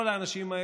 כל האנשים האלה,